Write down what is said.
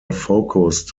focused